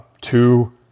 two